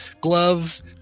gloves